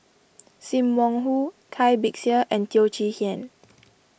Sim Wong Hoo Cai Bixia and Teo Chee Hean